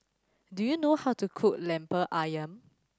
do you know how to cook Lemper Ayam